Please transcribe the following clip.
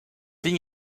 ligne